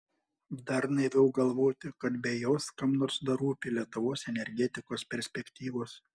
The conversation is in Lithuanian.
dar naiviau galvoti kad be jos kam nors dar rūpi lietuvos energetikos perspektyvos